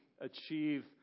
achieve